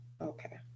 Okay